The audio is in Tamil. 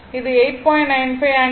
இது 8